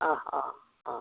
অঁ অঁ অঁ